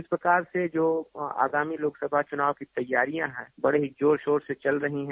इस प्रकार से जो आगामी लोकसभा चुनाव तैयारियां है वो बडे ही जोर शोर से चल रही है